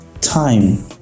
time